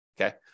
Okay